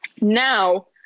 Now